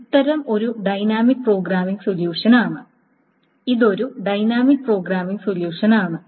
ഇതൊരു dynamic programming solution ആണ്